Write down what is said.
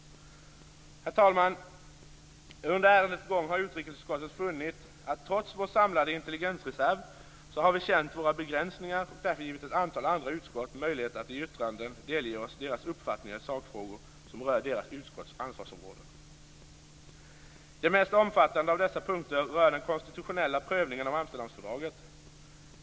Herr talman! Under ärendets gång har utrikesutskottet trots vår samlade intelligensreserv känt våra begränsningar och därför givit ett antal andra utskott möjlighet att i yttranden delge oss sina uppfattningar i sakfrågor som rör dessa utskotts ansvarsområden. Det mest omfattande av dessa områden rör den konstitutionella prövningen av Amsterdamfördraget.